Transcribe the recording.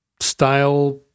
style